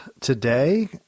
today